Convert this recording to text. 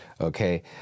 okay